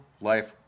life